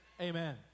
Amen